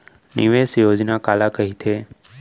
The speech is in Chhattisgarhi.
निवेश योजना काला कहिथे?